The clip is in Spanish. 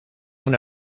una